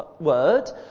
word